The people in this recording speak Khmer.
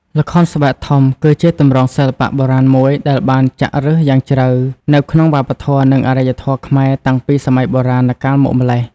ល្ខោនស្បែកធំ គឺជាទម្រង់សិល្បៈបុរាណមួយដែលបានចាក់ឫសយ៉ាងជ្រៅនៅក្នុងវប្បធម៌ និងអរិយធម៌ខ្មែរតាំងពីសម័យបុរាណកាលមកម្ល៉េះ។